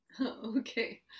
Okay